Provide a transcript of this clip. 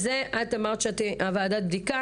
תהיה ועדת הבדיקה,